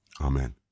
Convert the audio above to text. Amen